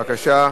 בבקשה.